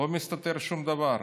לא מסתתר שום דבר.